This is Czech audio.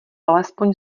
alespoň